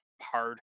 hard